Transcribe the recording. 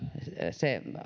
se